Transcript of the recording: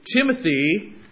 Timothy